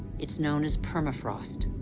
it's known as permafrost.